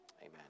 Amen